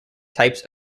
types